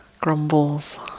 grumbles